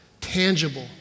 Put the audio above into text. tangible